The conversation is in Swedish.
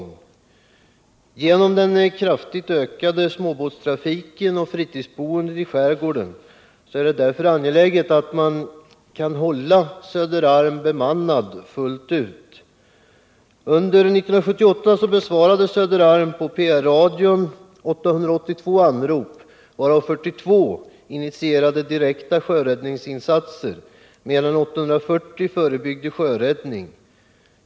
På grund av den kraftigt ökade småbåtstrafiken och fritidsboendet i skärgården är det angeläget att Söderarm kan hållas bemannad fullt ut. Under 1978 besvarade Söderarm på PR-radion 882 anrop, varav 42 initierade direkta sjöräddningsinsatser, medan 840 förebyggde sjöräddning.